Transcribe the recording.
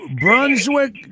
brunswick